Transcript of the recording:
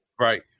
Right